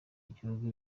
ibihugu